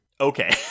Okay